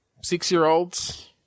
six-year-olds